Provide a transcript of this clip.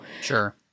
sure